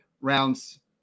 rounds